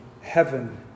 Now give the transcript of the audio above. heaven